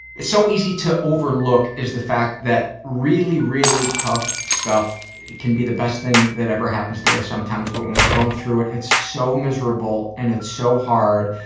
so easy to overlook, is the fact that really, really tough stuff can be the best thing that ever happens to us sometimes, but when we're going through it, it's so miserable and it's so hard,